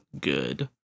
good